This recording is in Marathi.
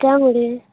त्यामुळे